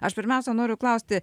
aš pirmiausia noriu klausti